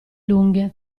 lunghe